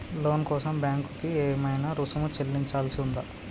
లోను కోసం బ్యాంక్ కి ఏమైనా రుసుము చెల్లించాల్సి ఉందా?